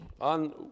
on